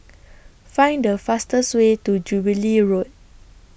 Find The fastest Way to Jubilee Road